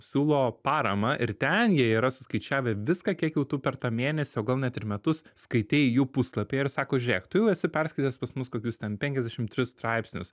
siūlo paramą ir ten jie yra suskaičiavę viską kiek jau tų per tą mėnesį o gal net ir metus skaitei jų puslapyje ir sako žiūrėk tu jau esi perskaitęs pas mus kokius ten penkiasdešimt trys straipsnius